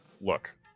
look